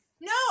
No